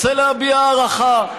רוצה להביע הערכה.